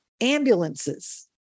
ambulances